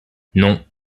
non